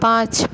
পাঁচ